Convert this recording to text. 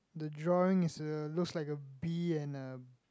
the drawing is a looks like a bee and a